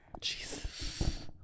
Jesus